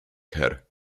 care